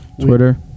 Twitter